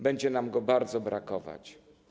Będzie nam go bardzo brakować.